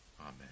Amen